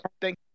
Thank